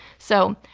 so,